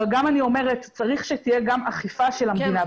אבל גם צריך שתהיה אכיפה של המדינה.